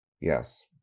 Yes